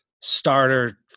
starter